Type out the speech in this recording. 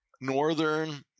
northern